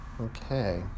Okay